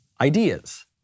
Ideas